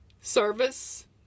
service